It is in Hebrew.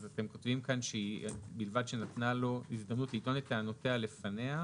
אז אתם כותבים כאן "..מלבד שנתנה לו הזדמנות לטעון את טענותיו לפניה,